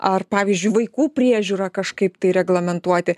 ar pavyzdžiui vaikų priežiūrą kažkaip tai reglamentuoti